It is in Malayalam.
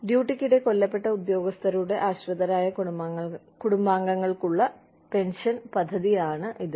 ഡ്യൂട്ടിക്കിടെ കൊല്ലപ്പെട്ട ഉദ്യോഗസ്ഥരുടെ ആശ്രിതരായ കുടുംബാംഗങ്ങൾക്കുള്ള പെൻഷൻ പദ്ധതിയാണിത്